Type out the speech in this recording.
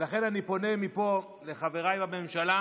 לכן אני פונה מפה לחבריי לממשלה,